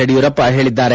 ಯಡಿಯೂರಪ್ಸ ಹೇಳಿದ್ದಾರೆ